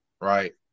right